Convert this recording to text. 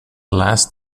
last